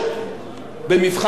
במבחן התוצאה,